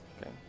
Okay